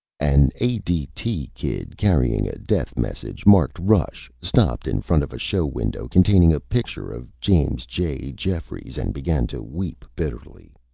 an a d t. kid carrying a death message marked rush stopped in front of a show window containing a picture of james j. jeffries and began to weep bitterly.